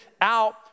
out